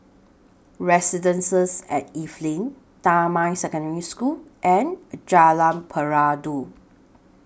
Residences At Evelyn Damai Secondary School and Jalan Peradun